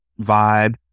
vibe